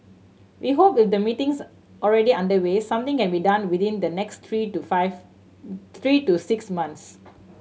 we hope with the meetings already underway something can be done within the next three to five three to six months